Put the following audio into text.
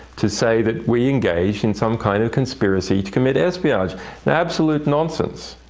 to say that we engaged in some kind of conspiracy to commit espionage absolute nonsense.